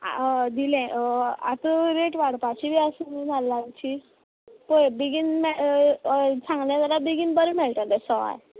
हय दिलें आतां रेट बी वाडपाची आसा न्हू नाल्लांची पय बेगीन मेळ हय सांगले जाल्यार बेगीन बरें मेळटले सवाय